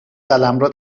قلمرو